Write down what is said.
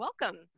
Welcome